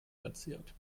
verzerrt